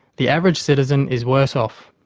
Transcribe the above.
the average citizen is worse off.